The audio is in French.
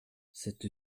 cette